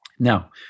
Now